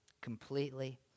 completely